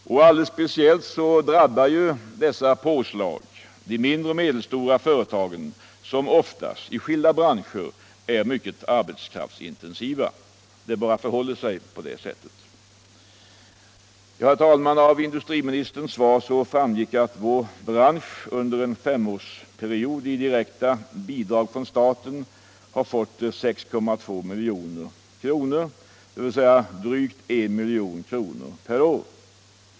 Alldeles speciellt drabbar dessa påslag de mindre och medelstora företagen, vilka oftast — i skilda branscher — är mycket arbetskraftsintensiva. Det bara förhåller sig på det sättet. Herr talman! Av industriministerns svar framgick att vår bransch under en femårsperiod i direkta bidrag från staten fått 6,2 milj.kr., dvs. drygt 1 milj.kr. per år.